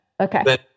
Okay